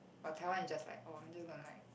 but Taiwan is just like oh I'm just don't like